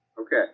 Okay